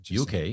UK